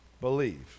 believe